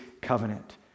covenant